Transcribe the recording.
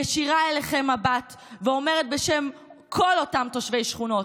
מישירה אליכם מבט ואומרת בשם כל אותם תושבי שכונות: